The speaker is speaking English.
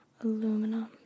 Aluminum